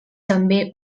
també